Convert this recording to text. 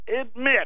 admit